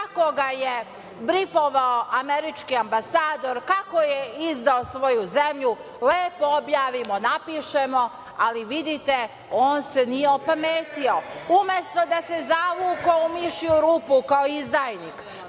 kako ga je brifovao američki ambasador, kako je izdao svoju zemlju lepo objavimo, napišemo, ali, vidite, on se nije opametio. Umesto da se zavukao u mišju rupu, kao izdajnik,